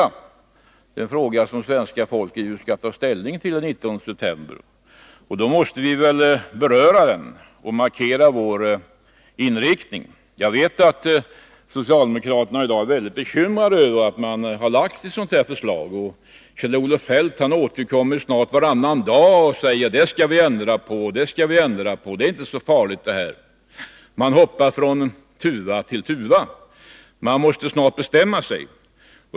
Det är en fråga som svenska folket skall ta ställning till den 19 september. Då måste vi väl beröra den och nu markera vår inriktning. Jag vet att socialdemokraterna i dag är mycket bekymrade över att man har lagt fram ett sådant förslag. Kjell-Olof Feldt återkommer nästan varannan dag och säger att det och det skall vi ändra på, det här är inte så farligt. Man hoppar från tuva till tuva. Snart måste man bestämma sig.